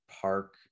park